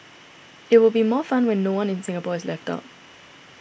it will be more fun when no one in Singapore is left out